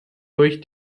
durch